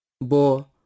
Bo